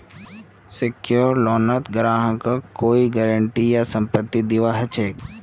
secured लोनत ग्राहकक बैंकेर कोई गारंटी या संपत्ति दीबा ह छेक